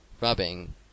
rubbing